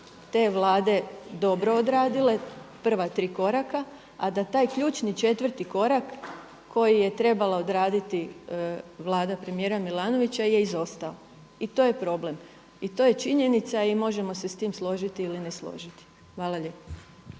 te vlade dobro odradile, prva tri koraka, a da taj ključni četvrti korak koji je trebala odraditi vlada premijera Milanovića je izostao i to je problem i to je činjenica. I možemo se s tim složiti ili ne složiti. Hvala lijepo.